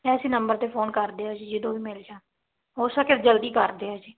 ਐਸੇ ਨੰਬਰ ਤੇ ਫੋਨ ਕਰਦੇ ਆ ਜੀ ਜਦੋਂ ਵੀ ਮਿਲ ਜਾਣ ਹੋ ਸਕੇ ਜਲਦੀ ਕਰ ਦਿਓ ਜੀ